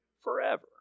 forever